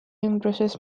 ümbruses